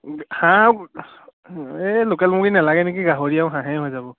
হাঁহ এই লোকেল মুৰ্গী নালাগে নেকি গাহৰি আৰু হাঁহে হৈ যাব